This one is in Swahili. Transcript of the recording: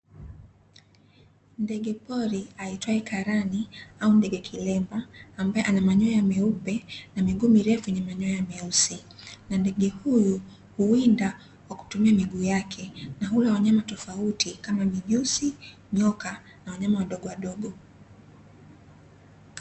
Ndege pori aitwaye karani au ndege kilemba ambaye ana manyoya meupe na miguu mirefu yenye manyoya meusi, na ndege huyu huwinda kwa kutumia miguu yake na hula wanyama tofauti kama mijusi, nyoka, na wanyama wadogo wadogo.